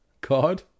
God